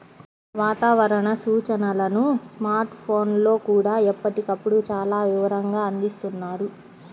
వాతావరణ సూచనలను స్మార్ట్ ఫోన్లల్లో కూడా ఎప్పటికప్పుడు చాలా వివరంగా అందిస్తున్నారు